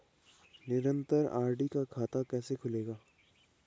निरन्तर आर.डी का खाता कैसे खुलेगा?